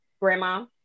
grandma